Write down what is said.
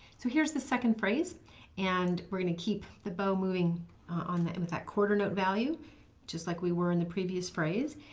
so here's the second phrase and we're going to keep the bow moving um and with that quarter note value just like we were in the previous phrase.